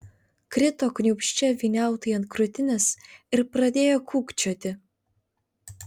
krito kniūbsčia vyniautui ant krūtinės ir pradėjo kūkčioti